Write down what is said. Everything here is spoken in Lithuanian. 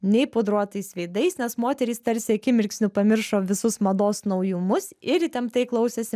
nei pudruotais veidais nes moterys tarsi akimirksniu pamiršo visus mados naujumus ir įtemptai klausėsi